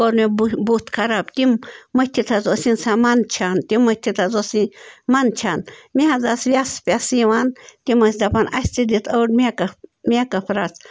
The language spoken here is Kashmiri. کوٚر مےٚ بُتھ خراب تِم مٔتِتھ حظ اوس اِنسان منٛدچھان تِم مٔتتھ حظ اوس یہِ منٛدچھان مےٚ حظ آسہٕ وٮ۪سہٕ یِوان تِم ٲسۍ دَپان اَسہِ تہِ دِتہٕ أڈۍ مٮ۪کَف مٮ۪کَف رَژھ